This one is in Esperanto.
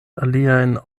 aliajn